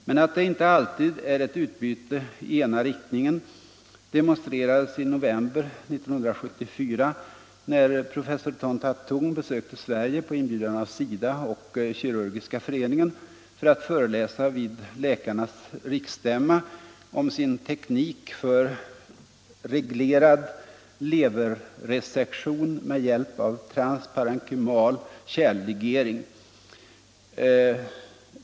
Men att det inte alltid är ett utbyte bara i ena riktningen demonstrerades i november 1974, då professor Ton That Tung besökte Sverige på inbjudan av SIDA och kirurgiska föreningen för att föreläsa vid läkarnas riksstämma om sin teknik för ”reglerad leverresektion med hjälp av transparenkymal kärlligering”, en operation för att bl.a. avlägsna levertumörer.